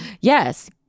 Yes